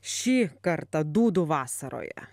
šį kartą dūdų vasaroje